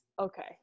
Okay